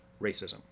racism